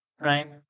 Right